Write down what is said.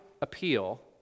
appeal